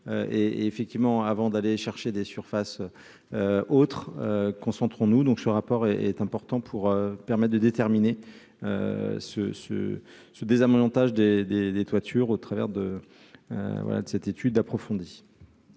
et effectivement, avant d'aller chercher des surfaces autre concentrons-nous donc ce rapport est important pour permettent de déterminer ce ce ce désamiantage des, des, des toitures au travers de voilà de cette étude approfondie.